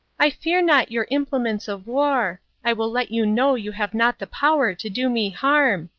i fear not your implements of war i will let you know you have not the power to do me harm.